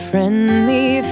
Friendly